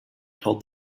told